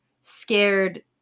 scared